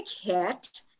hit